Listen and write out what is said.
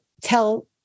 Tell